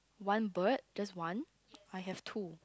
one bird just one I have two